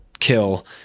kill